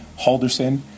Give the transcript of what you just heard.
Halderson